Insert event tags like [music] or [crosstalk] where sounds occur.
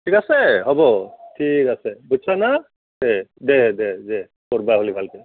ঠিক আছে হ'ব ঠিক আছে বুজিছা না দে দে দে দে [unintelligible]